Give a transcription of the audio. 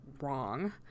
wrong